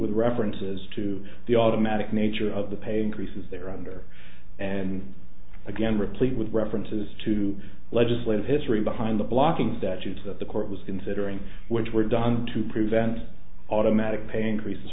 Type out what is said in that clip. with references to the automatic nature of the pay increases they are under and again replete with references to legislative history behind the blocking statutes that the court was considering which were done to prevent automatic pain creases